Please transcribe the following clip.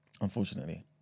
unfortunately